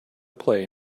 play